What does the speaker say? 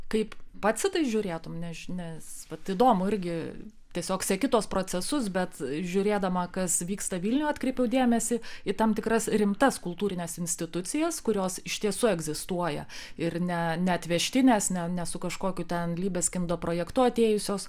kaip pats į tai žiūrėtum neš nes vat įdomu irgi tiesiog seki tuos procesus bet žiūrėdama kas vyksta vilniuje atkreipiau dėmesį į tam tikras rimtas kultūrines institucijas kurios iš tiesų egzistuoja ir ne neatvežtinės ne ne su kažkokiu anglybės gimdo projektu atėjusios